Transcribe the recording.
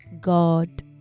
God